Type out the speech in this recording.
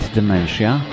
Dementia